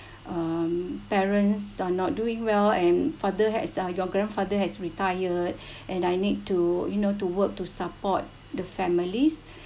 um parents are not doing well and father had your grandfather has retired and I need to you know to work to support the families